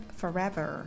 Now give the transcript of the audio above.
forever